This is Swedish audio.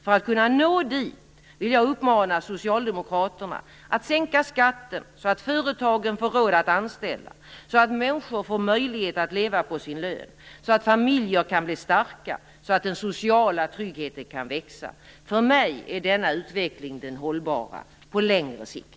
För att kunna nå dit vill jag uppmana socialdemokraterna att sänka skatten så att företagen får råd att anställa, så att människor får möjlighet att leva på sin lön, så att familjerna kan bli starka, så att den sociala tryggheten kan växa. För mig är denna utveckling den hållbara - på längre sikt.